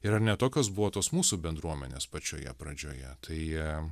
ir ar ne tokios buvo tos mūsų bendruomenės pačioje pradžioje tai